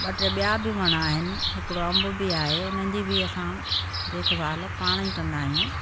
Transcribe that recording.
ॿ टे ॿिया बि वण आहिनि हिकिड़ो अंब बि आहे उन्हनि जी बि असां देखभालु पाण ई कंदा आहियूं